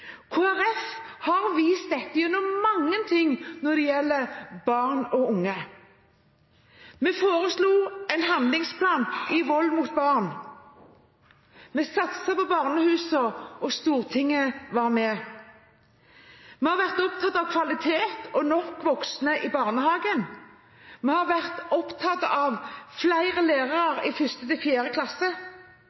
Folkeparti har vist dette gjennom mange ting når det gjelder barn og unge. Vi foreslo en handlingsplan mot vold mot barn. Vi satset på barnehusene, og Stortinget var med. Vi har vært opptatt av kvalitet og nok voksne i barnehagen. Vi har vært opptatt av flere lærere i 1.–4. klasse.